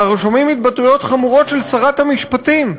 אנחנו שומעים התבטאויות חמורות של שרת המשפטים,